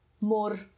more